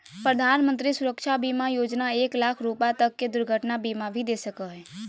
प्रधानमंत्री सुरक्षा बीमा योजना एक लाख रुपा तक के दुर्घटना बीमा भी दे हइ